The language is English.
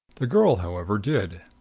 the girl, however, did.